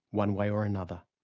one way or another.